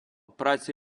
праця